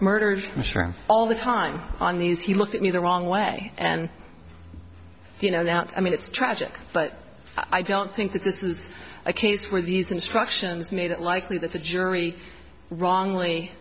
murders all the time on these he looked at me the wrong way and you know now i mean it's tragic but i don't think that this is a case where these instructions made it likely that the jury wrongly